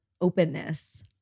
openness